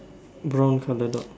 brown colour dog